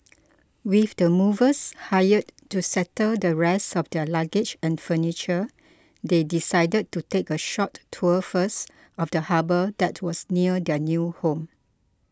with the movers hired to settle the rest of their luggage and furniture they decided to take a short tour first of the harbour that was near their new home